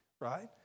right